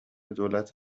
دولت